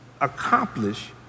accomplish